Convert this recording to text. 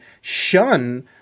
shun